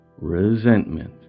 resentment